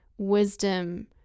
Wisdom